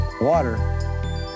water